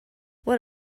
what